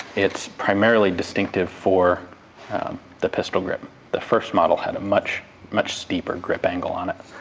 it's primarily distinctive for the pistol grip. the first model had a much much steeper grip angle on it.